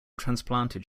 transplanted